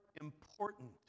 important